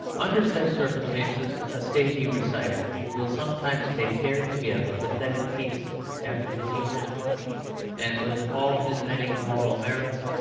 under such circumstances a stagey reciter will sometimes take care to give a pathetic piece after his humorous one and with all his many moral merits,